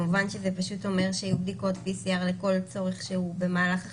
כמובן זה אומר שיהיו בדיקות PCR לכל צורך שהוא במהלך החג.